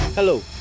Hello